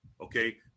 Okay